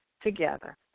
together